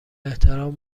احترام